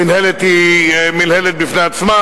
המינהלת היא מינהלת בפני עצמה,